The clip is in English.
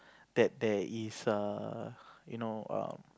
that there is err you know err